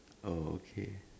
oh okay